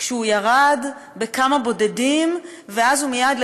ירד בכמה בודדים ואז הוא מייד,